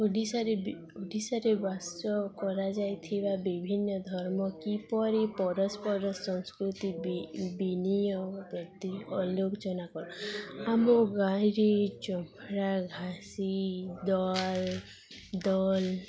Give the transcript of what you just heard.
ଓଡ଼ିଶାରେ ବି ଓଡ଼ିଶାରେ ବାସ କରାଯାଇଥିବା ବିଭିନ୍ନ ଧର୍ମ କିପରି ପରସ୍ପର ସଂସ୍କୃତି ବି ବିନିୟ ବ୍ୟତି ଅଲୋଚନା କର ଆମ ଗାଈଁରେ ଚମ୍ଭଡ଼ା ଘାସି ଦଲ ଦଲ